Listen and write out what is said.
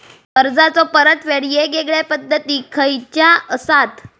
कर्जाचो परतफेड येगयेगल्या पद्धती खयच्या असात?